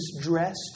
dressed